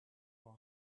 are